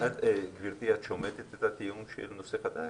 רגע, גברתי, את שומטת את הטיעון של נושא חדש?